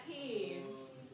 peeves